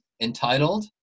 entitled